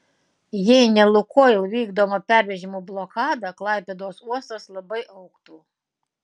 jei ne lukoil vykdoma pervežimų blokada klaipėdos uostas labai augtų